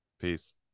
peace